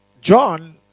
john